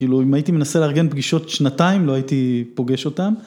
אם הייתי מנסה לארגן פגישות שנתיים לא הייתי פוגש אותן.